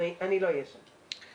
אני לא אהיה שם.